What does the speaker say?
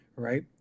Right